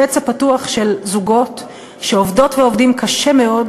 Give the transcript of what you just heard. פצע פתוח של זוגות שעובדות ועובדים קשה מאוד,